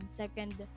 second